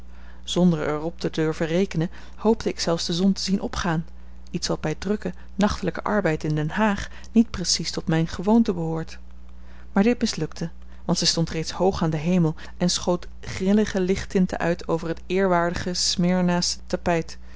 zonder er op te durven rekenen hoopte ik zelfs de zon te zien opgaan iets wat bij drukken nachtelijken arbeid in den haag niet precies tot mijne gewoonte behoort maar dit mislukte want zij stond reeds hoog aan den hemel en schoot grillige lichttinten uit over het eerwaardige smyrnasch tapijt